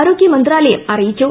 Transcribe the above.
ആരോഗ്യമന്ത്രാലയം അറിയിച്ചു